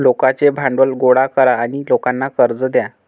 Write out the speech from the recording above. लोकांचे भांडवल गोळा करा आणि लोकांना कर्ज द्या